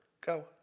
Go